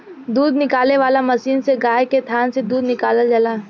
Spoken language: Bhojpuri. दूध निकाले वाला मशीन से गाय के थान से दूध निकालल जाला